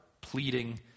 pleading